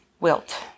wilt